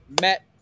met